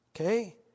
Okay